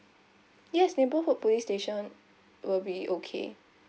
yes neighbourhood police station will be okay